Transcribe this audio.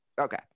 okay